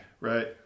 Right